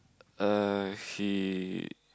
uh she